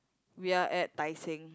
we are at Tai Seng